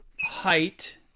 height